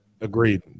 agreed